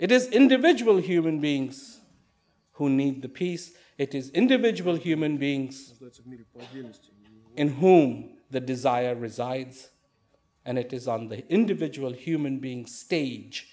it is individual human beings who need the peace it is individual human beings in whom the desire resides and it is on the individual human being stage